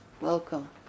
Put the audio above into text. Welcome